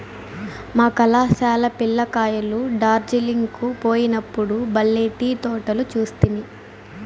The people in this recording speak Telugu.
మా కళాశాల పిల్ల కాయలు డార్జిలింగ్ కు పోయినప్పుడు బల్లే టీ తోటలు చూస్తిమి